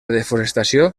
desforestació